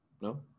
No